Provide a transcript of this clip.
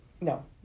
No